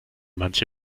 manche